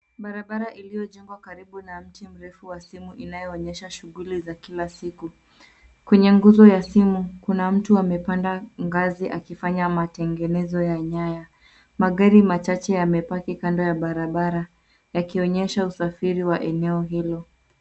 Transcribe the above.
Barabara iliyojengwa karibu na mti mrefu wa simu inayoonyesha shughuli za kila siku. Kwenye nguzo ya simu, kuna mtu amepanda ngazi akifanya matengenezo ya nyaya. Magari machache yamepaki kando ya barabara, yakionyesha usafiri wa eneo hilo.